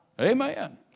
Amen